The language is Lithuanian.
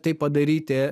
tai padaryti